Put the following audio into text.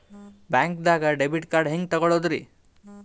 ಬ್ಯಾಂಕ್ದಾಗ debit card ಹೆಂಗ್ ತಗೊಳದ್ರಿ?